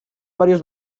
varios